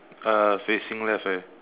uh facing left eh